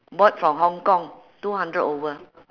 bought from hong-kong two hundred over